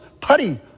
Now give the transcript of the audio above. putty